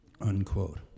unquote